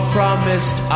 promised